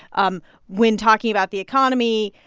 um when talking about the economy,